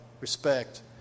respect